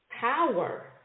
power